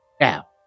Now